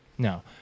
No